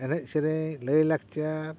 ᱮᱱᱮᱡ ᱥᱮᱨᱮᱧ ᱞᱟᱹᱭᱞᱟᱠᱪᱟᱨ